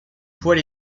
poil